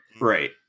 Right